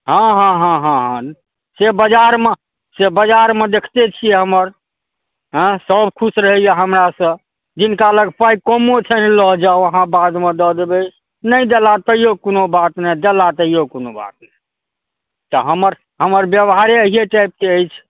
हँ हँ हँ हँ हँ से बजारमे से बजारमे देखते छियै हमर हँ सब खुश रहैय हमरासँ जिनका लग पाइ कमो छै लऽ जाउ अहाँ बादमे दऽ देबै नहि देला तैयो कोनो बात नहि देला तैयो कोनो बात नहि तऽ हमर हमर व्यवहारे अहिये टाइपके अछि